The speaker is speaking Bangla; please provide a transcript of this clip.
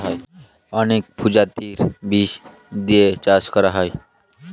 অনেক প্রজাতির বীজ দিয়ে চাষ করা হয়